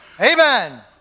Amen